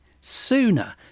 sooner